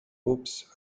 oops